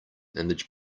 image